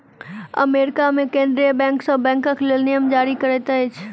America मे केंद्रीय बैंक सभ बैंकक लेल नियम जारी करैत अछि